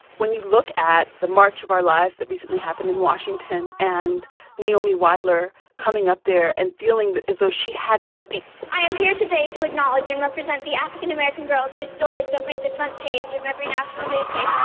when you look at the march of our lives that recently happened in washington and naomi wadler coming up there and feeling as though she had to speak. i am here today to acknowledge and represent the african american girls whose stories don't make the front page of every national newspaper